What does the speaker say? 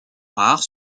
rare